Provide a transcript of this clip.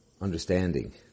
understanding